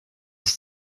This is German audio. ist